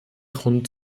grund